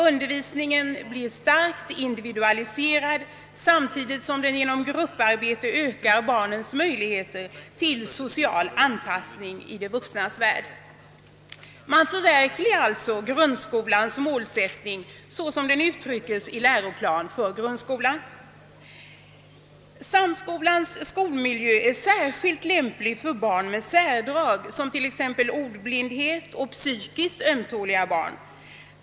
Undervisningen blir starkt individualiserad samtidigt som den genom grupparbetet ökar barnets möjligheter till social anpassning i de vuxnas värld. Man förverkligar alltså grundskolans målsättning såsom den uttryckes i Läroplan för grundskolan. Samskolans skolmiljö är särskilt lämplig för barn med särdrag som t.ex. ordblindhet och för psykiskt ömtåliga barn.